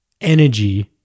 energy